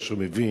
איך שהוא מבין.